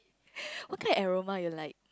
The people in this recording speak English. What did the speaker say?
what kind of aroma you like